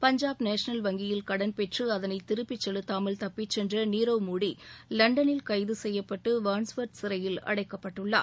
Punjab national வங்கியில் கடன் பெற்று அதளை திருப்பி செலுத்தாமல் தப்பிச் சென்ற நீரவ் மோடி லண்டனில் கைது செய்யப்பட்டு வான்ட்ஸ்வர்த் சிறையில் அடைக்கப்பட்டுள்ளார்